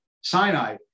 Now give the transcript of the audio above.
Sinai